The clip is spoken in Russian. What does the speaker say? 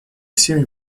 всеми